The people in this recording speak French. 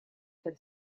elle